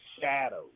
shadows